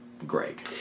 Greg